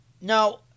Now